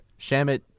Shamit